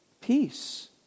peace